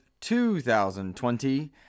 2020